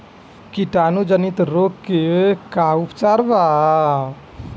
कीटाणु जनित रोग के का उपचार बा?